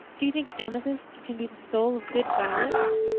do you think amethysts can be the souls of good violets?